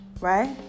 right